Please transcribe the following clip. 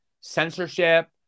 censorship